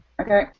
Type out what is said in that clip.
okay